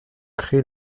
créé